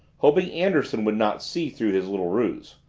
hoping anderson would not see through his little ruse.